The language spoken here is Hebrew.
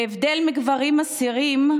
בהבדל מגברים אסירים,